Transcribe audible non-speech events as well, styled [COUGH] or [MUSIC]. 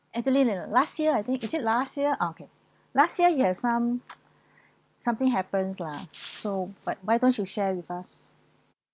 ethelyn uh last year I think is it last year okay last year you have some [NOISE] [BREATH] something happens lah so but why don't you share with us